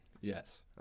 Yes